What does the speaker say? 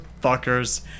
fuckers